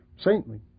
saintly